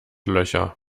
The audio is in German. löcher